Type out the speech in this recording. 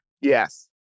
yes